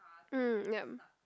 mm yup